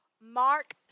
Mark